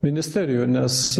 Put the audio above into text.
ministerijų nes